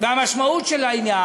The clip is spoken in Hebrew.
אולי גפני?